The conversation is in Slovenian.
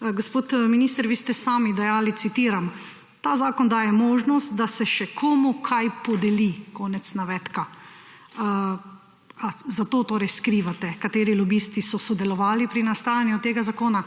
Gospod minister, vi ste sami dejali, citiram: »Ta zakon daje možnost, da se še komu kaj podeli.« Konec navedka. Zato torej skrivate, kateri lobisti so sodelovali pri nastajanju tega zakona?